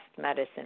medicine